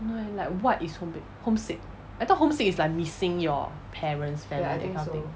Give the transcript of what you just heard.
dunno leh like what is homesick I thought homesick is like missing your parents family or something